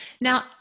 Now